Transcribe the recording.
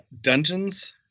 Dungeons